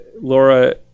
Laura